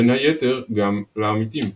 בין היתר גם לעמיתים.